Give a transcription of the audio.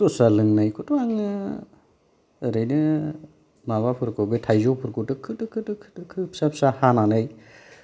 दस्रा लोंनायखौथ' आङो ओरैनो माबाफोरखौ बे थायजौफोरखौ दोखो दोखो फिसा फिसा हानानै